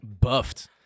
buffed